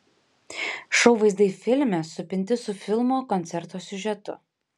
šou vaizdai filme supinti su filmo koncerto siužetu